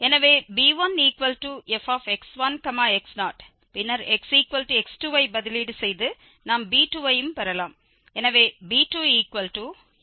எனவே b1fx1x0 பின்னர் xx2ஐ பதிலீடு செய்து நாம் b2 ஐயும் பெறலாம்